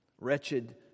Wretched